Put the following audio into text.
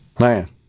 Man